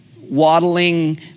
waddling